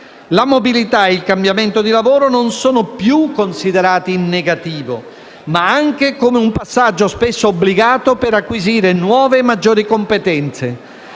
La mobilità e il cambiamento del lavoro non sono più considerati in negativo ma anche come un passaggio spesso obbligato per acquisire nuove e maggiori competenze.